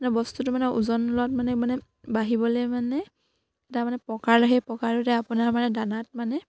মানে বস্তুটো মানে ওজন লোৱাত মানে মানে বাঢ়িবলে মানে এটা মানে প্ৰকাৰ লয় সেই প্ৰকাৰটোতে আপোনাৰ মানে দানাত মানে